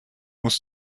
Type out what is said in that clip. muss